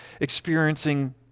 experiencing